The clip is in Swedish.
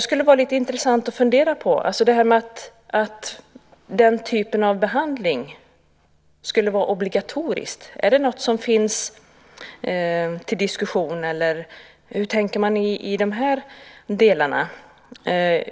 skulle därför vara lite intressant att fundera på om denna typ av behandling inte borde vara obligatorisk. Är det något som är uppe till diskussion, eller hur tänker man i de här avseendena?